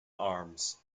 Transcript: arms